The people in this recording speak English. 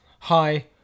Hi